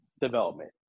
development